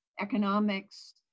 economics